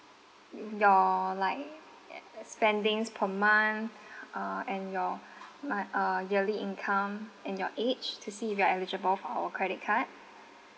uh your like spendings per month uh and your uh uh yearly income and your age to see if you're eligible for credit card